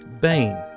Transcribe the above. Bane